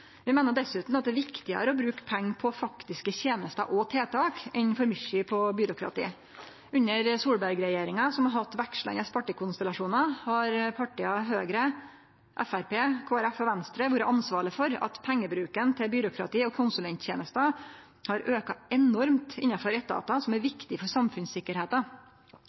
Vi meiner dessutan at det er viktigare å bruke pengar på faktiske tenester og tiltak enn for mykje på byråkrati. Under Solberg-regjeringa, som har hatt vekslande partikonstellasjonar, har partia Høgre, Framstegspartiet, Kristeleg Folkeparti og Venstre vore ansvarlege for at pengebruken til byråkrati og konsulenttenester har auka enormt innanfor etatar som er viktige for samfunnssikkerheita.